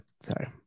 Sorry